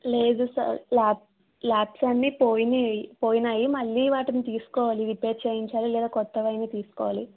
లేదు sir lab labs అన్నీ పోయినై పోయినాయి మళ్ళీ వాటిని తీసుకోవాలి రిపేర్ చేయించాలి లేదా కొత్తవైన తీసుకోవాలి